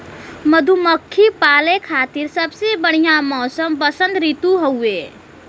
मधुमक्खी पाले खातिर सबसे बढ़िया मौसम वसंत ऋतु हउवे